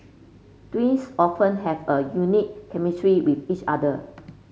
twins often have a unique chemistry with each other